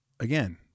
Again